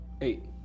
eight